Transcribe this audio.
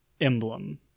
emblem